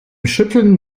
schütteln